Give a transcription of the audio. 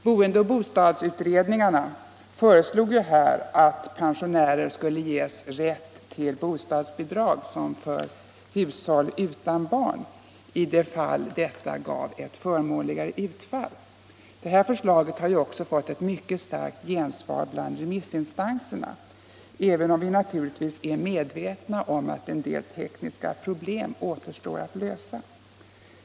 Boendeoch bostadsfinansieringsutredningarna föreslog ju att pensionärer skulle ges rätt till bostadsbidrag som för hushåll utan barn i de fall detta ger ett förmånligare utfall. Detta förslag har också fått ett mycket starkt gensvar bland remissinstanserna, även om man naturligtvis är medveten om att en del tekniska problem återstår att lösa.